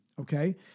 Okay